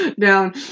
down